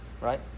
Right